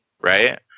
right